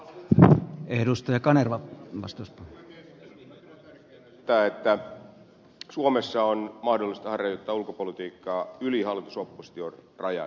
ensinnäkin pidän tärkeänä sitä että suomessa on mahdollista harjoittaa ulkopolitiikkaa yli hallitusoppositio rajan